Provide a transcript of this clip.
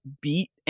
beat